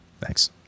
Thanks